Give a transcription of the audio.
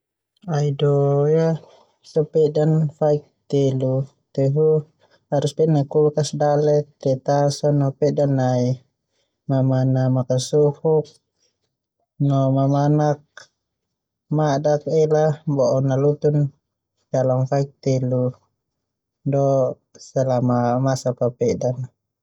Ai doo ia bisa pedan faik telu tehu harus pedan nai kulkas dale tetta so na pedan nai mamanak makasufuk no mamanak mada ela bo'o nalutun dalam faik telu, do selama masa papeda.